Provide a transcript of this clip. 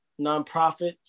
nonprofit